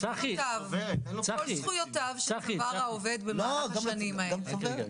כל זכויותיו שצבר העובד במהלך השנה האלה עובר.